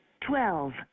twelve